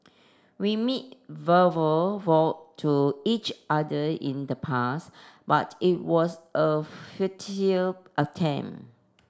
we made verbal vow to each other in the past but it was a futile attempt